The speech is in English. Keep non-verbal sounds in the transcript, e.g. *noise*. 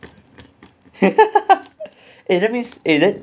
*laughs* eh let me let